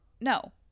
No